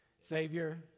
Savior